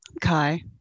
Kai